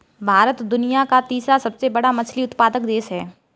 भारत दुनिया का तीसरा सबसे बड़ा मछली उत्पादक देश है